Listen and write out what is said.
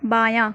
بایاں